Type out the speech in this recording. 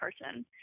person